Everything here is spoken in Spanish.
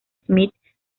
smith